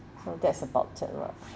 so that's about it lah